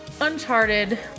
Uncharted